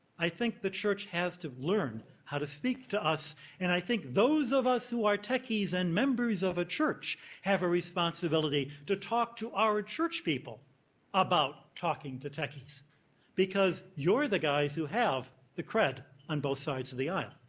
i think the church has to learn how to speak to us and i think those of us who are techies and members of a church have a responsibility to talk to our church people about talking to techies because you're the guys who have the cred on both sides of the isle.